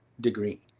degree